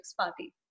party